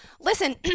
Listen